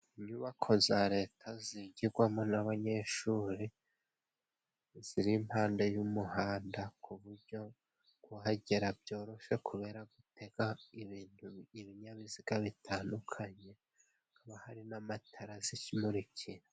Inyubako za Leta zigigwamo n'abanyeshuri ziri impande y'umuhanda ku buryo kuhagera byoroshye kubera gutega ibintu ibinyabiziga bitandukanye haba hari n'amatara zimurikiye.